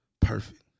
Perfect